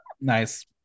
Nice